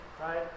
Right